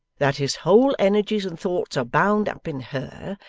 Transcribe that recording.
that his whole energies and thoughts are bound up in her,